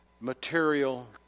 material